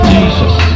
Jesus